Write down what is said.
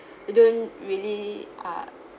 don't really uh